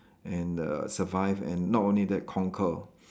and the survive and not only that conquer